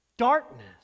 darkness